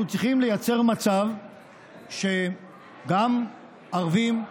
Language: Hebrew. אנחנו צריכים לייצר מצב שגם ערבים,